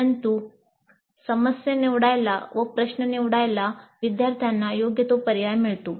परंतु प्रश्न निवडायला विद्यार्थ्यांना योग्यतो पर्याय मिळतो